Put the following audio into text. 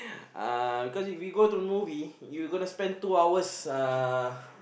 uh because if we go the movie you gonna spend two hours uh